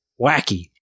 wacky